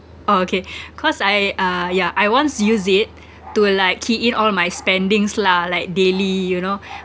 oh okay cause I uh yeah I once use it to like key in all my spendings lah like daily you know